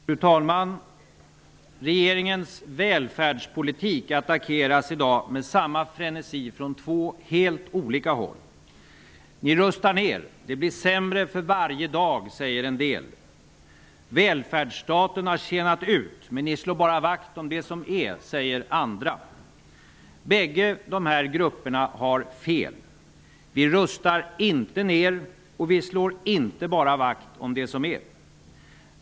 Fru talman! Regeringens välfärdspolitik attackeras i dag med samma frenesi från två helt olika håll. ''Ni rustar ned. Det blir sämre för varje dag'', säger en del. ''Välfärdsstaten har tjänat ut, men ni slår bara vakt om det som är'', säger andra. Bägge grupperna har fel. Vi rustar inte ned och vi slår inte bara vakt om det som är.